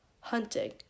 Hunting